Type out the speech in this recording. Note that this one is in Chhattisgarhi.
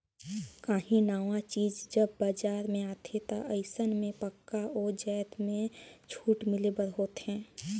काहीं नावा चीज जब बजार में आथे ता अइसन में पक्का ओ जाएत में छूट मिले बर होथे